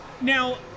Now